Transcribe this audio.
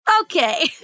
Okay